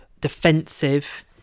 Defensive